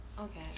okay